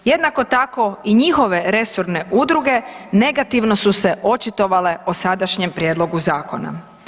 Jednako tako i njihove resorne udruge negativno su se očitovala o sadašnjem prijedlogu Zakona.